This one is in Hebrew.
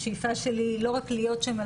השאיפה שלי לא רק להיות שם,